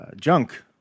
Junk